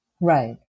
Right